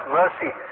mercy